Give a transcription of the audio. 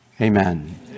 Amen